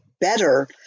better